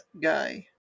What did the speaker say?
guy